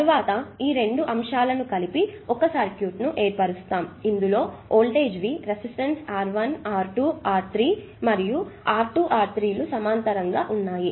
తర్వాత ఈ 2 అంశాలను కలిపి సర్క్యూట్ను ఏర్పరుస్తాము ఇందులో voltage V resistance R1 R2 R3 మరియు ఇది R2 మరియు R3 సమాంతరంగా ఉన్నాయి